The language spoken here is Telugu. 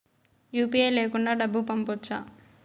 యు.పి.ఐ లేకుండా డబ్బు పంపొచ్చా